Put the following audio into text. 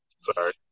Sorry